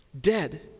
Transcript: Dead